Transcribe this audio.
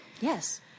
Yes